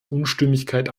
unstimmigkeit